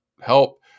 help